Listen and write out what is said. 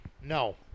no